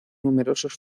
numerosos